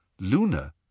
Luna